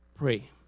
pray